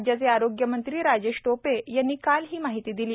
राज्याचे आरोग्यमंत्री राजेश टोपे यांनी काल ही माहिती दिली